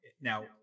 now